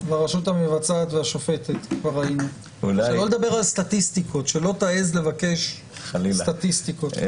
נדבר על סטטיסטיקות, שלא תעז לבקש סטטיסטיקות.